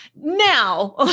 Now